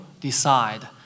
decide